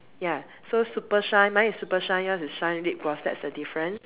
ya so super shine mine is super shine yours in shine lip gloss that's the difference